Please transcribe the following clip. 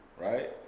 right